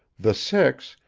the six,